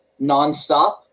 nonstop